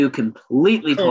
completely